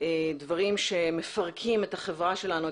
דברים שמפרקים את החברה שלנו,